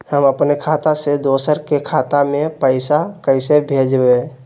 हम अपने खाता से दोसर के खाता में पैसा कइसे भेजबै?